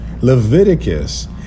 Leviticus